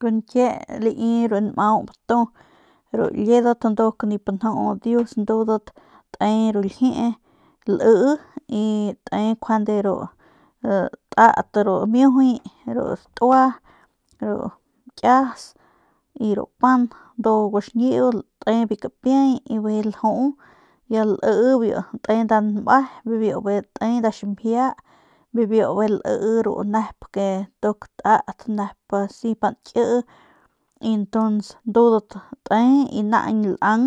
Kun ñkie biu nmau matu ru liedat nduk nip nju dius ndudat te ru ljiee y lii y te njuande ru tat ru miujuy ru datua ru kias y ru pan ndu biu guaxñiu te biu kapiay y bijiy lju ya lii tenda nme biu bijiy te nda ximjia y bijiy biuy lii ru nep tat asi pa nkii y ntuns ndudat te y naañ lang